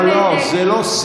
מיקרופון, לא, לא, זה לא שיח.